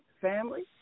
family